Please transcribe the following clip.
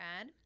add